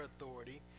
authority